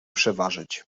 przeważyć